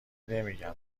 نمیگم